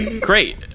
great